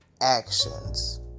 actions